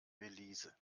belize